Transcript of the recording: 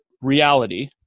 reality